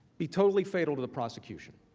be totally fatal to the prosecution.